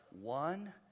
one